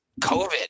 COVID